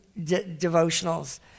devotionals